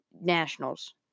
Nationals